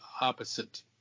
opposite